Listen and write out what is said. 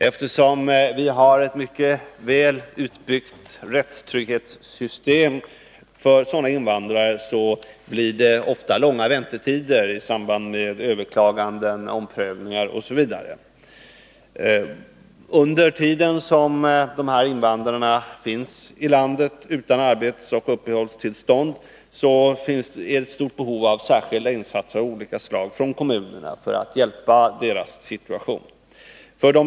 Eftersom vi har ett mycket väl utbyggt rättstrygghetssystem för sådana invandrare, blir det ofta långa väntetider i samband med överklaganden, omprövningar osv. Under tiden som dessa invandrare finns i landet utan arbetsoch uppehållstillstånd råder det ett stort behov av insatser av olika slag från kommunerna för att hjälpa dem i deras situation.